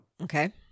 Okay